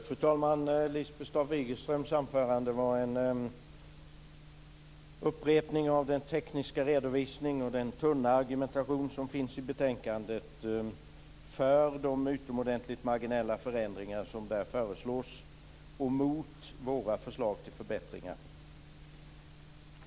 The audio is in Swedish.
Fru talman! Lisbeth Staaf-Igelströms anförande var en upprepning av den tekniska redovisning och tunna argumentation som finns i betänkandet för de utomordentligt marginella förändringar som där föreslås, mot våra förslag till förbättringar.